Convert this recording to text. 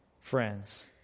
friends